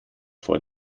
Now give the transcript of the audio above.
vor